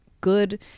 good